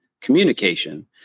communication